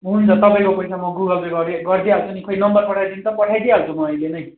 हुन्छ तपाईँको पैसा म गुगल पे गर्दि गरिदिहाल्छु नि खै नम्बर पठाइदिनु त पठाइदिहाल्छु म अहिले नै